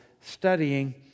studying